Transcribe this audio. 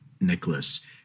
Nicholas